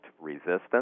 resistance